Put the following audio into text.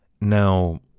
Now